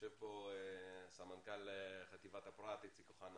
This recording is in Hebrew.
יושב פה סמנכ"ל חטיבת הפרט איציק אוחנה